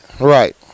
Right